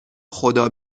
خدا